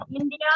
India